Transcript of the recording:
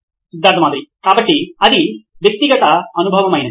Siddharth Maturi CEO నోయిన్ electronics కాబట్టి అది వ్యక్తిగత అనుభవమైనది